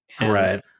right